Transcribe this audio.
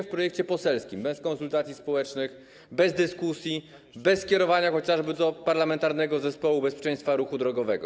W projekcie poselskim, bez konsultacji społecznych, bez dyskusji, bez kierowania chociażby do Parlamentarnego Zespołu ds. Bezpieczeństwa Ruchu Drogowego.